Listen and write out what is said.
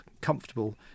comfortable